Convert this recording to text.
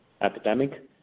epidemic